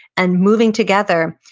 and moving together,